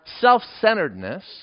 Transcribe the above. self-centeredness